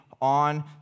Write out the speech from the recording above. on